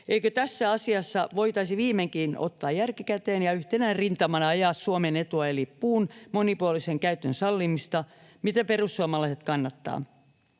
Eikö tässä asiassa voitaisi viimeinkin ottaa järki käteen ja yhtenä rintamana ajaa Suomen etua eli puun monipuolisen käytön sallimista, mitä perussuomalaiset kannattavat?